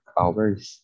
hours